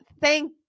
Thank